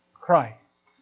Christ